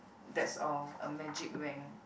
that's all a magic wand